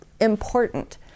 important